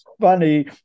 funny